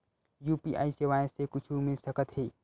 UPI सेवाएं से कुछु मिल सकत हे?